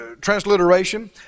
transliteration